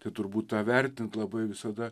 tai turbūt tą vertint labai visada